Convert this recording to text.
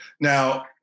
Now